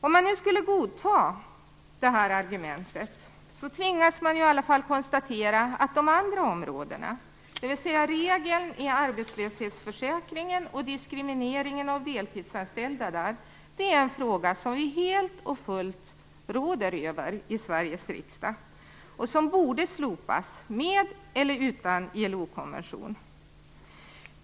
Om man nu skulle godta det argumentet tvingas man i alla fall konstatera att de andra områdena, dvs. regeln i arbetslöshetsförsäkringen och diskrimineringen av deltidsanställda, är något som vi helt och fullt råder över i Sveriges riksdag och som borde slopas, med eller utan ILO-konvention.